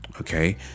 Okay